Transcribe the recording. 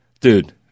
Dude